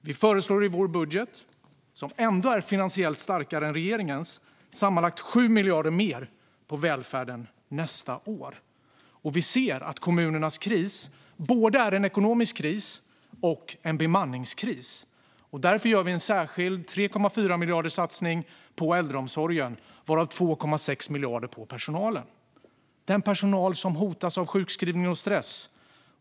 Vi föreslår i vår budget, som ändå är finansiellt starkare än regeringens, sammanlagt 7 miljarder kronor mer till välfärden nästa år. Och vi ser att kommunernas kris både är en ekonomisk kris och en bemanningskris. Därför gör vi en särskild satsning på 3,4 miljarder kronor på äldreomsorgen, varav 2,6 miljarder kronor på personalen som hotas av sjukskrivning och stress.